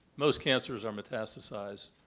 most cancers are metastasized.